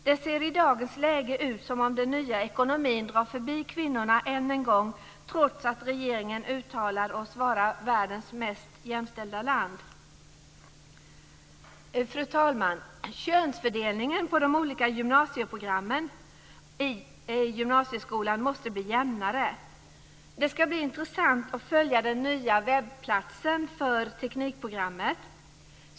Det ser i dagens läge ut som om den nya ekonomin drar förbi kvinnorna än en gång, trots att regeringen uttalar att vi är världens mest jämställda land. Fru talman! Könsfördelningen på de olika programmen i gymnasieskolan måste bli jämnare. Det ska bli intressant att följa den nya webbplatsen för teknikprogrammet.